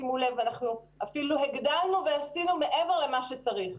אפילו הגדלנו ועשינו מעבר למה שצריך.